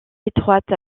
étroite